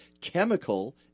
chemical